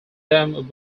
them